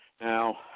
Now